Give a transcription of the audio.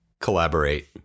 Collaborate